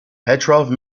petrov